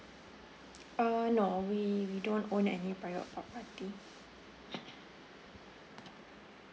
uh no we we don't own any prior property